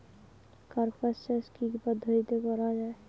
কার্পাস চাষ কী কী পদ্ধতিতে করা য়ায়?